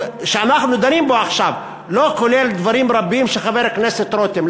שאנחנו דנים בו עכשיו לא כולל דברים רבים שחבר הכנסת רותם,